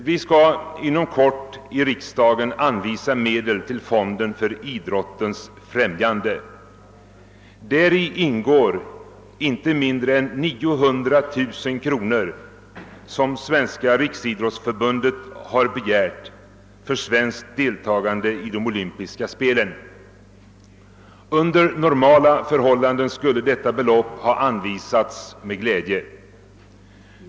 Vi skall inom kort i riksdagen anvisa medel till fonden för idrottens främjande. Däri ingår inte mindre än 9200 000 kronor, som Sveriges riksidrottsförbund har begärt för svenskt deltagande i de olympiska spelen. Under normala förhållanden skulle detta belopp ha anvisats med glädje.